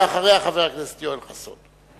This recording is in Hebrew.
ואחריה, חבר הכנסת יואל חסון.